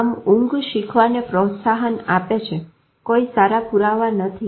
આમ ઊંઘ શીખવાને પ્રોત્સાહન આપે છે કોઈ સારા પુરાવા નથી